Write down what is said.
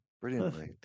brilliantly